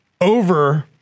over